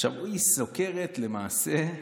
היא סוקרת, למעשה,